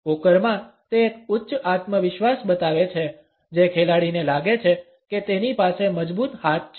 પોકરમાં તે એક ઉચ્ચ આત્મવિશ્વાસ બતાવે છે જે ખેલાડીને લાગે છે કે તેની પાસે મજબૂત હાથ છે